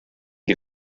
die